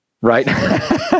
right